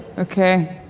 okay?